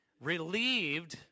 relieved